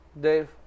Dave